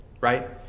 right